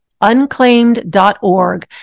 unclaimed.org